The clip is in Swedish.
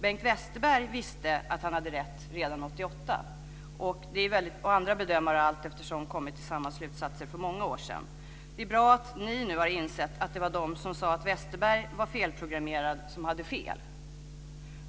Bengt Westerberg visste att han hade rätt redan år 1988. Andra bedömare har allteftersom, för många år sedan, kommit till samma slutsatser. Det är bra att ni nu har insett att det var de som sade att Westerberg var felprogrammerad som hade fel.